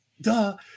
duh